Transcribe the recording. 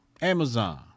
Amazon